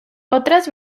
otras